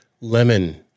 lemon